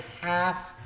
half